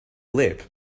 lip